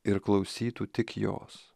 ir klausytų tik jos